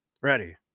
Ready